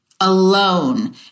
Alone